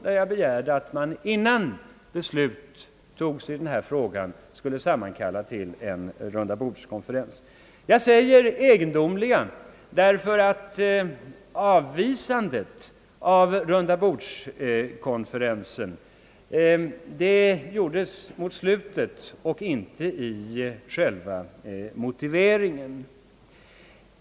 Jag hade begärt att man, innan beslut fattades i denna fråga, skulle sammankalla till en rundabordskonferens. Jag säger »egendomliga», ty avvisandet av tanken på rundabordskonferens gjordes i slutet och inte i själva motiveringen i svaret.